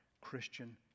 Christian